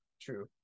True